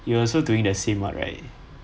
you also doing the same [what] right